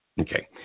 Okay